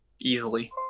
easily